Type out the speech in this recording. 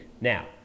Now